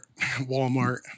Walmart